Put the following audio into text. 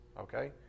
okay